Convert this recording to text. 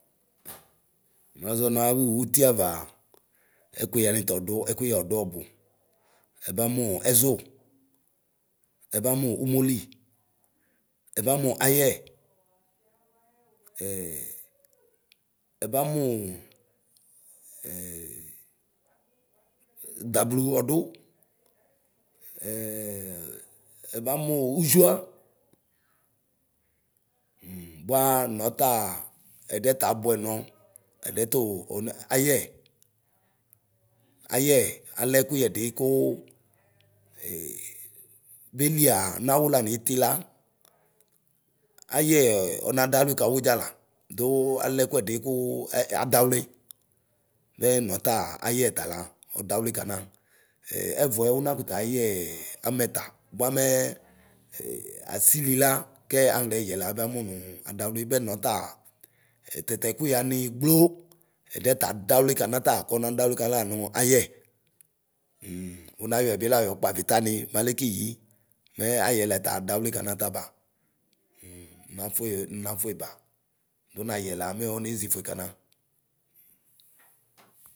Muaʒɔ naωu utieavaa ɛkuyɛani tɔɖu ɛkuyɛ ɔduɔ bʋ: Ɛbamuω ɛʒʋ, ɛbamu umoli, ɛbamu ayɛ, ɛbamuu dablu ɔdu, ɛbamu uʒuia. Bua nɔtaa ɛdiɛ tabʋɛ nɔ ɛdiɛ tuu, ɔna ayɛ. Ayɛ alɛ ɛkuyedi kuu adaωli. Mɛ nɔtaa ayɛ tala ɔdaωli kana. ɛvʋɛ una kutu ayɛɛ amɛta buamɛɛ ee asili la anuɣɛɛyɛ la ɛbamu nuu adaωli. Bɛ nɔ taa tetekuyɛ ani gblo ɛdiɛ tadaωli kanata kɔna daωli kana la nu ayɛ hm unayɔɛ bila yɔ kpɔavi ta ni m malɛ kiyi; mɛ ayɛlɛta dawli kanata ba. ŋnafui ŋnafui ba du nayɛla mɛ oniʒifue kana.